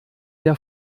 der